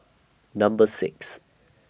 Number six